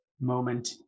moment